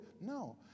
No